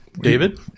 David